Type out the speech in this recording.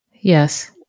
Yes